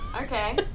Okay